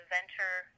Venture